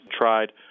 tried